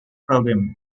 program